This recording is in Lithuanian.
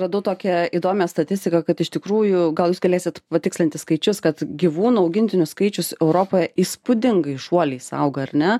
radau tokią įdomią statistiką kad iš tikrųjų gal jūs galėsit patikslinti skaičius kad gyvūnų augintinių skaičius europoje įspūdingais šuoliais auga ar ne